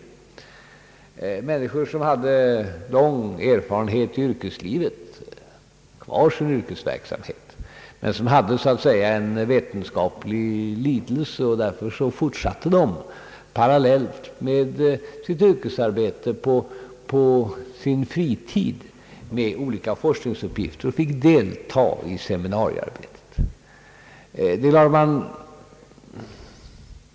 Dessa människor hade lång erfarenhet av yrkeslivet och bedrev yrkesverksamhet men hade så att säga en vetenskaplig lidelse och fortsatte därför på sin fritid med olika — forskningsuppgifter = parallellt med sitt yrkesarbete och fick delta i seminariearbetet.